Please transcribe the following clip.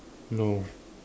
no